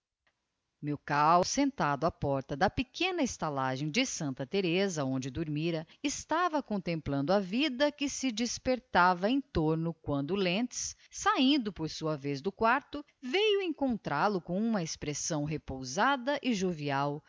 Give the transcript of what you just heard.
milkau sentado á porta da pequena estalagem de santa thereza onde dormira estava contemplando a vida que se despertava em torno quando lentz sahindo por sua vez do quarto veiu encontral o com uma expressão repousada e jovial